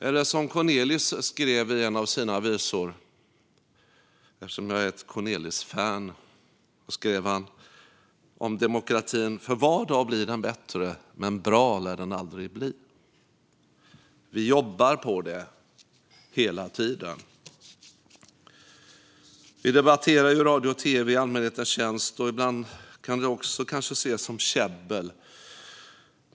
Eller som Cornelis skrev om demokratin i en av sina visor - jag är ju ett Cornelisfan: För var dag blir den bättre, men bra lär den aldrig bli. Vi jobbar på det hela tiden. Vi debatterar nu radio och tv i allmänhetens tjänst. Ibland kan det kanske också ses som käbbel.